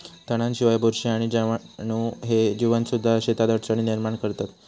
तणांशिवाय, बुरशी आणि जीवाणू ह्ये जीवसुद्धा शेतात अडचणी निर्माण करतत